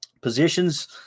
positions